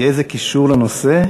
יהיה איזה קישור לנושא בהמשך הדרך?